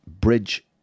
bridge